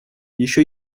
еще